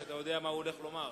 שאתה יודע מה הוא הולך לומר?